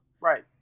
Right